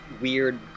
Weird